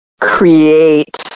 create